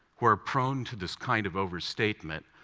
who are prone to this kind of overstatement.